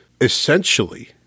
essentially